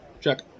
Check